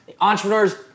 entrepreneurs